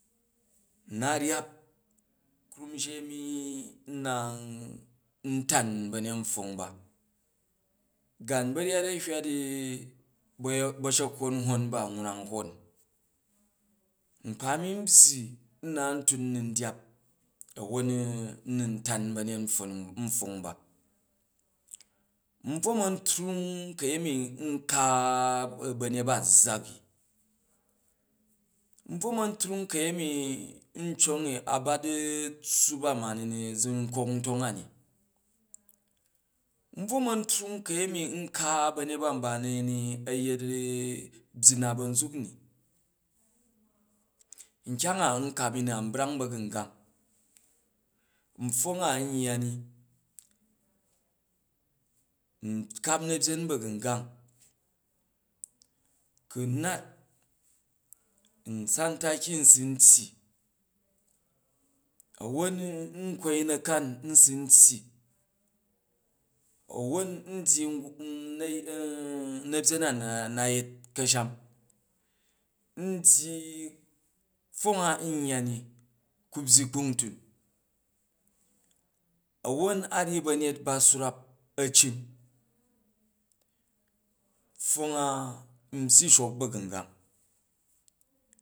N na ryap krum ji a̱mi n na n tan ba̱ryet nptwong ba, gan ba̱ryyat a̱hywa di ba̱shekkwot nhwon ba nwrong hwon nkpa mi n byyi n na ntun ndyap a̱won n nun tan ba̱nyet npfwong ba n boo man trung ka̱yemi nka ba̱ryet ba a̱ zaaki, n bvo man ntrung ka̱pemi n cong, a̱ bat tsuup a mani zankok ntong a ni n boo man ntrung ka̱yemi nka ba̱nyet ba nba ni a̱tet bying na ba̱ nzuk ni, nkyang a map ni nanbrang ba̱gangang npfwong a n yya ni, nkap na̱byen ba̱gungang, kru n nat nsan taki nsu n tyyi a̱iron n kwai na̱kan nsun ntyyi, a̱won n dyyi na̱byen nana yet ka̱sham, n dyyi pfwong a n yyani ku byyi kpungtun a̱won a ryyi ba̱nyet ba swrap a̱cin pfwong a n byyi shok ba̱gungang.